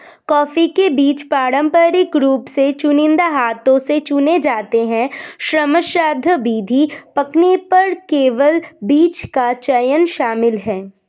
coffee के बीज पारंपरिक रूप से चुनिंदा हाथ से चुने जाते हैं, श्रमसाध्य विधि, पकने पर केवल बीज का चयन शामिल है